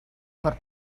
per